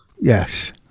Yes